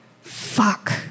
fuck